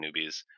newbies